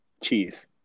Cheese